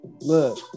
Look